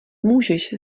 můžeš